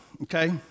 Okay